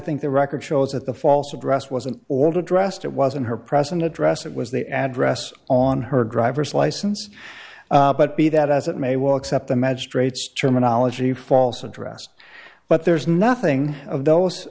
think the record shows that the false address wasn't all dressed it wasn't her present address it was the address on her driver's license but be that as it may well except the magistrate's terminology false address but there's nothing of those